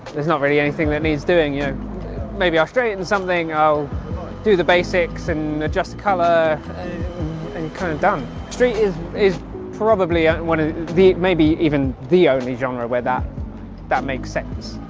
there's not really anything that needs doing. you may be i'll straighten something. i'll do the basics and just a color and kind of down street is is probably one of the maybe even the only genre where that that makes sense